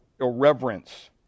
irreverence